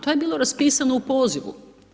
To je bilo raspisano u pozivu.